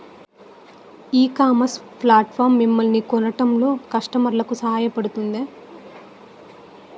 ఈ ecommerce platform మిమ్మల్ని కనుగొనడంలో కస్టమర్లకు సహాయపడుతుందా?